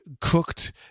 cooked